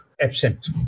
absent